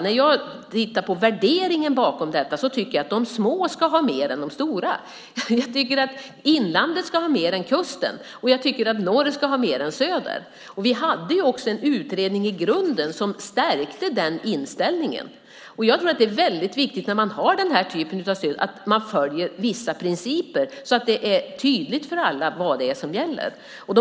När jag tittar på värderingen bakom detta tycker jag att de små ska ha mer än de stora, jag tycker att inlandet ska ha mer än kusten och jag tycker att norr ska ha mer än söder. Vi hade en utredning i grunden som stärkte den inställningen. När man har den här typen av stöd är det viktigt att man följer vissa principer så att det är tydligt för alla vad som gäller.